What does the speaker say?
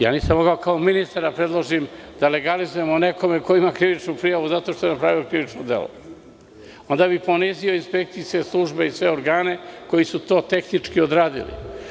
Nisam mogao kao ministar da predložim da legalizujemo nekome koji ima krivičnu prijavu zato što je napravio krivično delo, onda bi ponizio inspekcijske službe i sve organe koji su to tehnički odradili.